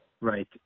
Right